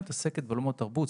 היא עוסקת בעולמות תרבות,